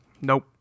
Nope